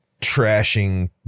trashing